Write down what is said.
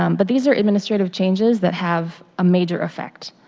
um but these are administrative changes that have a major affect.